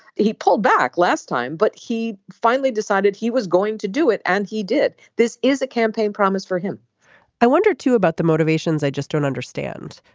he pulled back last time but he finally decided he was going to do it and he did. this is a campaign promise for him i wonder too about the motivations i just don't understand.